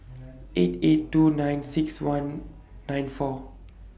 eight eight two nine six one nine four